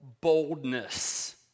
boldness